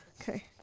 Okay